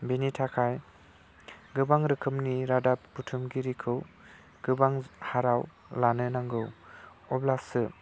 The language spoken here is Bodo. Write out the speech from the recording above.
बिनि थाखाय गोबां रोखोमनि रादाब बुथुमगिरिखौ गोबां हाराव लानो नांगौ अब्लासो